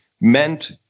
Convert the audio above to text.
meant